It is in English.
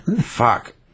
Fuck